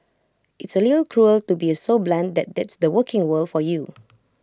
it's A little cruel to be so blunt but that's the working world for you